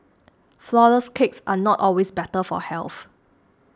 Flourless Cakes are not always better for health